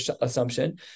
assumption